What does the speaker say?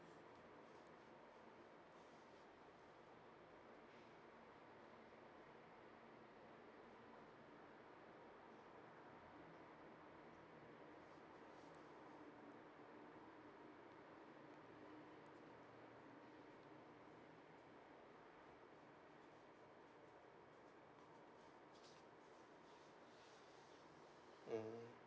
mm